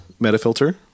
MetaFilter